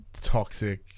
toxic